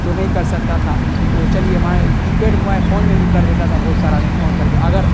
تو نہیں کر سکتا تھا چلیے کی پیڈ موبائل فون میں بھی کر دیتا تھا بہت سارا آدمی فون کر کے اگر